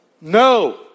No